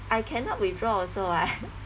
I cannot withdraw also [what]